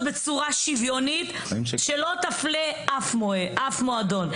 בצורה שוויונית שלא תפלה אף מועדון.